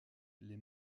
les